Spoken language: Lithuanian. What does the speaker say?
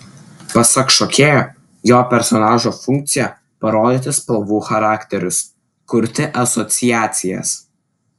pasak šokėjo jo personažo funkcija parodyti spalvų charakterius kurti asociacijas